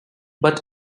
but